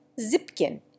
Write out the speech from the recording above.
Zipkin